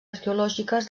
arqueològiques